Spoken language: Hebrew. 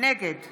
נגד